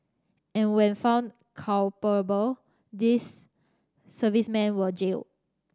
and when found these servicemen were jailed